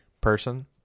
Person